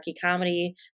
Comedy